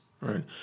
right